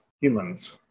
humans